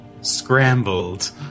scrambled